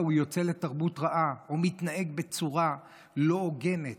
הוא יוצא לתרבות רעה או מתנהג בצורה לא הוגנת?